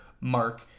mark